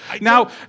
Now